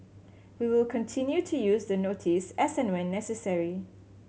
we will continue to use the notice as and when necessary